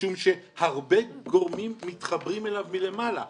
משום שהרבה גורמים מתחברים אליו מלמעלה.